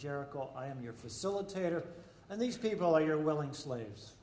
jericho i am your facilitator and these people are your willing slaves